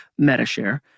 MetaShare